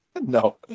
No